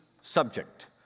subject